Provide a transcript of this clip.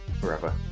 forever